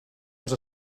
als